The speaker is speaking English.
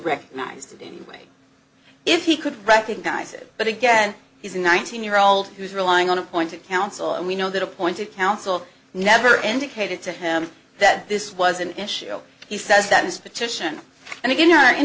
recognized it anyway if he could recognize it but again he's a nineteen year old who's relying on appointed counsel and we know that appointed counsel never ending catered to him that this was an issue he says that his petition and again are in